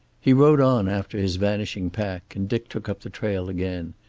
he rode on after his vanishing pack, and dick took up the trail again.